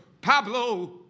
Pablo